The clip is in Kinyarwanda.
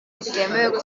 bitemewe